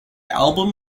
album